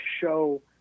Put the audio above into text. show